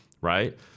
Right